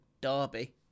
Derby